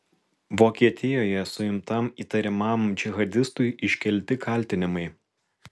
vokietijoje suimtam įtariamam džihadistui iškelti kaltinimai